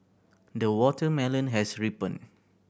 the watermelon has ripened